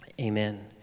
Amen